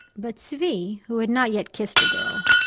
but zvi, who had not yet kissed a girl,